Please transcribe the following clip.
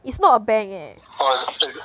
is not a bank eh